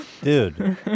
Dude